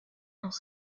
dans